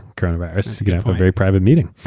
coronavirus, a very private meeting.